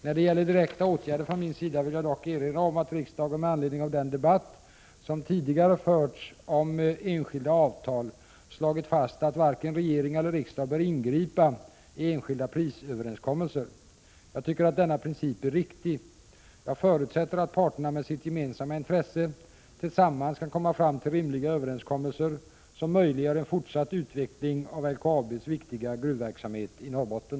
När det gäller direkta åtgärder från min sida vill jag dock erinra om att riksdagen med anledning av den debatt som tidigare förts om enskilda avtal slagit fast att varken regering eller riksdag bör ingripa i enskilda prisöverenskommelser. Jag tycker att denna princip är riktig. Jag förutsätter att parterna med sitt gemensamma intresse tillsammans kan komma fram till rimliga överenskommelser som möjliggör en fortsatt utveckling av LKAB:s viktiga gruvverksamhet i Norrbotten.